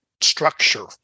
structure